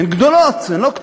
הן גדולות, הן לא קטנות.